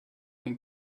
can